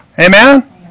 Amen